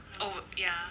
oh ya